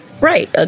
Right